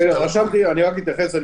רשמתי, אני רק אתייחס.